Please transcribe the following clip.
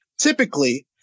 typically